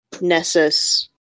Nessus